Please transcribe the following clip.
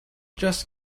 just